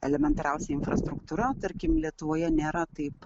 elementariausia infrastruktūra tarkim lietuvoje nėra taip